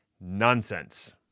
nonsense